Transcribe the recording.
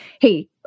hey